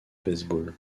baseball